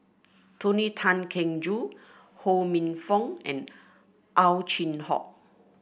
Tony Tan Keng Joo Ho Minfong and Ow Chin Hock